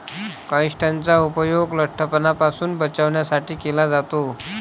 काइट्सनचा उपयोग लठ्ठपणापासून बचावासाठी केला जातो